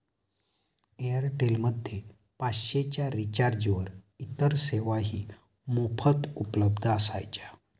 Airtel मध्ये पाचशे च्या रिचार्जवर इतर सेवाही मोफत उपलब्ध असायच्या